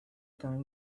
time